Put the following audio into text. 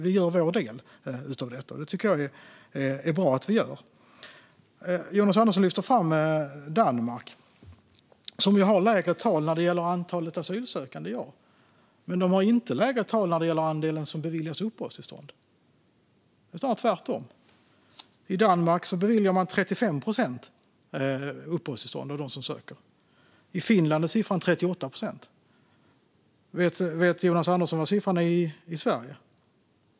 Vi gör vår del, och det tycker jag är bra. Jonas Andersson lyfter fram Danmark. Ja, de har lägre tal när det gäller antalet asylsökande, men de har inte lägre tal när det gäller andelen som beviljas uppehållstillstånd. Det är snarare tvärtom. I Danmark beviljar man 35 procent uppehållstillstånd av dem som söker. I Finland är siffran 38 procent. Vet Jonas Andersson vad siffran är i Sverige?